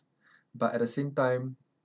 but at the same time